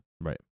right